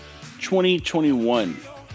2021